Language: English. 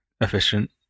efficient